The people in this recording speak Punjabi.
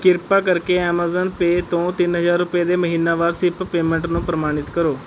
ਕਿਰਪਾ ਕਰਕੇ ਐਮਾਜ਼ੋਨ ਪੇਅ ਤੋਂ ਤਿੰਨ ਹਜ਼ਾਰ ਰੁਪਏ ਦੇ ਮਹੀਨੇਵਾਰ ਸਿਪ ਪੇਮੈਂਟ ਨੂੰ ਪ੍ਰਮਾਣਿਤ ਕਰੋ